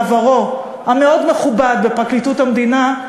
בעברו המאוד-מכובד בפרקליטות המדינה,